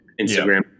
Instagram